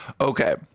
okay